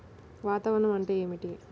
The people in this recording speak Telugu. వాతావరణం అంటే ఏమిటి?